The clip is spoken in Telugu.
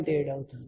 7 అవుతుంది